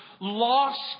lost